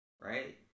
right